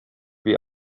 the